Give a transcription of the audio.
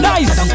Nice